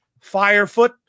Firefoot